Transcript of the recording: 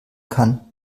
kann